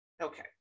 okay